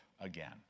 again